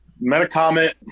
Metacomet